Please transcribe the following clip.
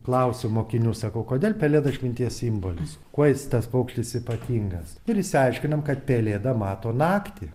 klausiu mokinių sakau kodėl pelėda išminties simbolis kuo jis tas paukštis ypatingas ir išsiaiškinom kad pelėda mato naktį